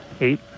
eight